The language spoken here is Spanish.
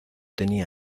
tenía